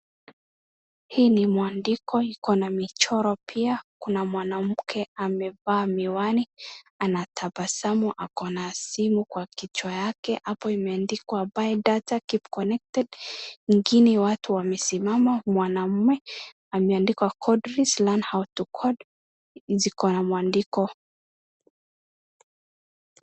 Hii ni mwandiko ,ikona michoro pia .Kuna mwanamke amevaa miwani anatabasamu ,akona simu kwa kichwa yake , apo imeandikwa buy data , keep connected mmwingine watu wamesimama mwanamme ameandikwa kodris learn how to code ziko na mwandiko